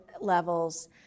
levels